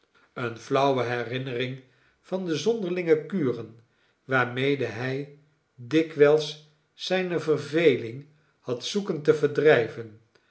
eene flauwe herinnering van de zonderlinge kuren waarmede hij dikwijls zijne verveling had zoeken te verdrijven